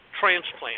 transplant